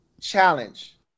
challenge